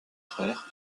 frère